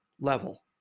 level